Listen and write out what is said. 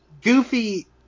Goofy